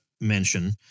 mention